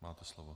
Máte slovo.